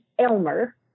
Elmer